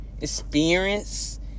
experience